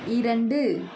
இரண்டு